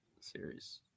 series